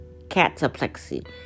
cataplexy